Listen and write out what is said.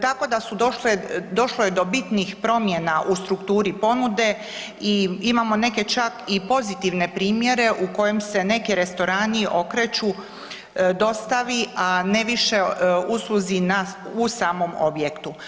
Tako da su došle, došlo je do bitnih promjena u strukturi ponude i imamo neke čak i pozitivne primjere u kojim se neki restorani okreću dostavi a ne više usluzi u samom objektu.